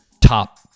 top